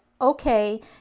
okay